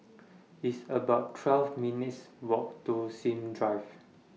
It's about twelve minutes' Walk to Sims Drive